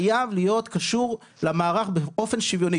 חייב להיות קשור למערך באופן שוויוני.